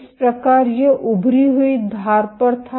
इस प्रकार यह उभरी हुई धार पर था